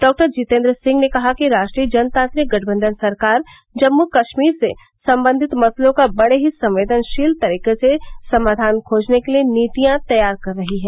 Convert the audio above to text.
डॉ जितेन्द्र सिंह ने कहा कि राष्ट्रीय जनतांत्रिक गठबंधन सरकार जम्मू कश्मीर से संबंधित मसलों का बड़े ही संवेदनशील तरीके से समाधान खोजने के लिए नीतियां तैयार कर रही है